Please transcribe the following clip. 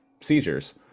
seizures